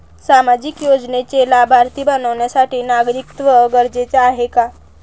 सामाजिक योजनेचे लाभार्थी बनण्यासाठी नागरिकत्व गरजेचे आहे का?